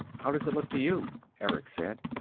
how does it look to you? erick said.